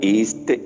East